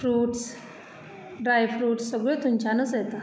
fruits dry fruits सगळें थंयच्यानूच येता